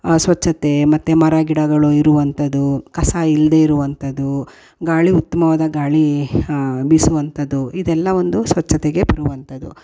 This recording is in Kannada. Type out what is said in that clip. ಆ ಸ್ವಚ್ಛತೆ ಮತ್ತು ಮರಗಿಡಗಳು ಇರುವಂಥದು ಕಸ ಇಲ್ಲದೇ ಇರುವಂಥದು ಗಾಳಿ ಉತ್ತಮವಾದ ಗಾಳಿ ಬೀಸುವಂಥದು ಇದೆಲ್ಲಾ ಒಂದು ಸ್ವಚ್ಛತೆಗೆ ಬರುವಂಥದು